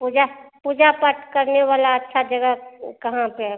पूजा पूजा पाठ करने वाली अच्छा जगह कहाँ पर है